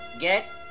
get